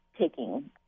taking